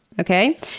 Okay